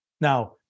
Now